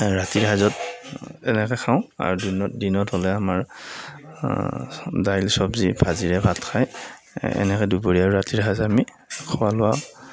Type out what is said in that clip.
ৰাতিৰ সাঁজত এনেকে খাওঁ আৰু দিনত দিনত হ'লে আমাৰ দাইল চব্জী ভাজিৰে ভাত খাই এনেকে দুপৰীয়াৰ আৰু ৰাতিৰ সাঁজ আমি খোৱা লোৱা